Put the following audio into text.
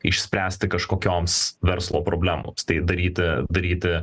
išspręsti kažkokioms verslo problemoms tai daryti daryti a